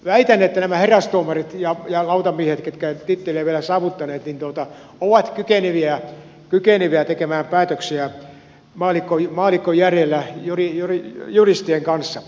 väitän että nämä herastuomarit ja lautamiehet ketkä eivät titteliä vielä ole saavuttaneet ovat kykeneviä tekemään päätöksiä maallikkojärjellä juristien kanssa